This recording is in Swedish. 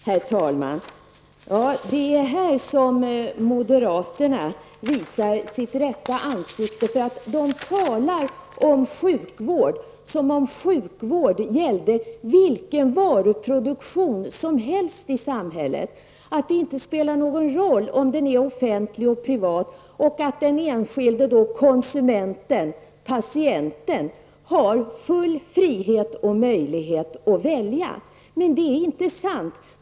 Herr talman! Ja, det är här som moderaterna visar sitt rätta ansikte. De talar om sjukvård som om sjukvård gällde vilken varuproduktion som helst i samhället, och menar att det inte spelar någon roll om den är offentlig eller privat och att den enskilde konsumenten -- patienten -- har full frihet och möjlighet att välja. Men det är inte sant.